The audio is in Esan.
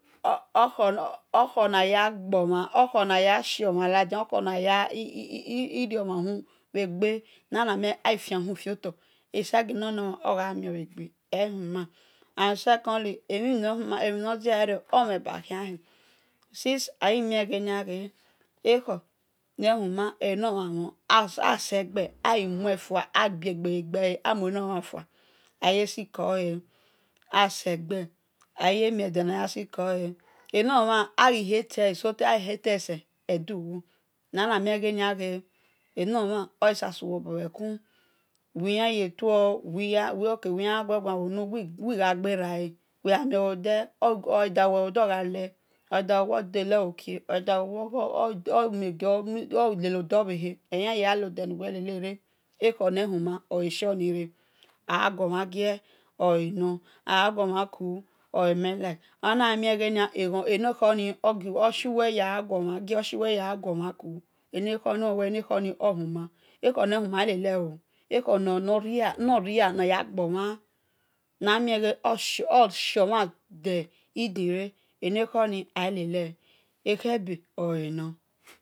Okhor na naya gbomha oghor na ya shio mhan koto okho naya fion mhan hui aghimie sagie noghe nomhan aghi mion bhe gbe ehuma and secondly emhinodian amheba khiande since aghimi weh ghe ekhor ne huma enomhan mhon aseghe a ghi muefua abiesbe bhegbei aghi muefua ayesikole enomhan aghi hatele seh-do-wu na na mie ghenie eno mhan osu suwobo bhe ku wi ya ye tuo ok wi ya gue guan bhu nu wi gha gberale weh gha mio bho de de ordagu-weh orghale ordeleobie ekhor nehuman oheshioni-re agha guo mhan gie agha guo mhan ku oi meh like amie weh eghor ni oshi mhan ya gha gie oshio mhan ya gha ku enakhor ni-ohuman ekhor nehuma alele ooo ekhor nor ria namie weh orshio mhan de idire enekhor ni alele ekhebe el e̱ nor